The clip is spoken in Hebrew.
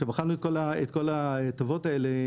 בחנו את כל ההטבות האלה.